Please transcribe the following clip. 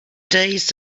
days